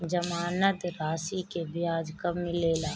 जमानद राशी के ब्याज कब मिले ला?